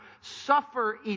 suffer